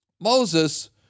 Moses